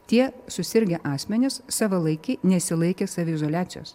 tie susirgę asmenys savalaikiai nesilaikė saviizoliacijos